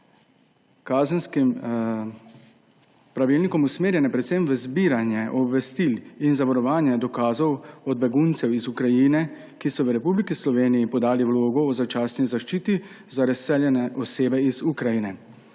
s kazenskim pravilnikom usmerjene predvsem v zbiranje obvestil in zavarovanje dokazov od beguncev iz Ukrajine, ki so v Republiki Sloveniji podali vlogo o začasni zaščiti za razseljene osebe iz Ukrajine.